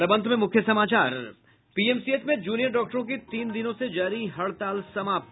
और अब अंत में मुख्य समाचार पीएमसीएच में जूनियर डॉक्टरों की तीन दिनों से जारी हड़ताल समाप्त